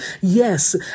Yes